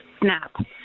Snap